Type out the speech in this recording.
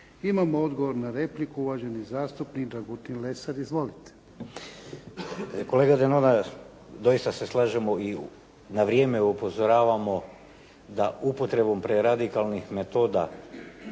Imamo odgovor na repliku. Uvaženi zastupnik Dragutin Lesar. Izvolite. **Lesar, Dragutin (Nezavisni)** Kolega Denona, doista se slažemo i na vrijeme upozoravamo da upotrebom preradikalnih metoda